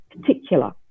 particular